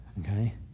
Okay